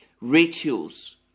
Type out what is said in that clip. rituals